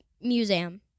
museum